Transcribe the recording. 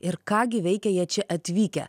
ir ką gi veikia jie čia atvykę